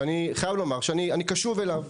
שאני חייב לומר שאני קשוב אליו.